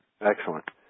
Excellent